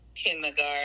Kindergarten